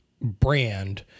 brand